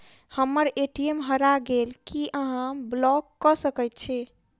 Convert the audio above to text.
हम्मर ए.टी.एम हरा गेल की अहाँ ब्लॉक कऽ सकैत छी?